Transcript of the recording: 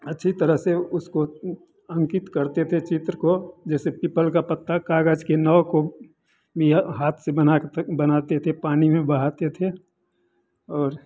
अच्छी तरह से उसको अंकित करते थे चित्र को जैसे पीपल का पत्ता कागज के नौ को बिहा हाथ से बना कर त बनाते थे पानी में बहाते थे और